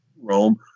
Rome